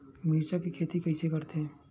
मिरचा के खेती कइसे करथे?